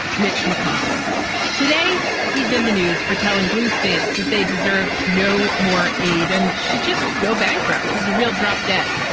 mitch mcconnell today he's in the news for telling blue states that they deserve no more aid and should just go bankrupt as a real drop dead.